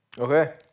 Okay